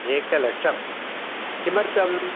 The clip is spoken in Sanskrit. एकलक्षं किमर्थं